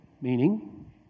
Meaning